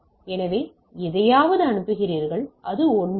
எனவே எதையாவது அனுப்புகிறீர்கள் அது ஒன்றல்ல